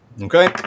Okay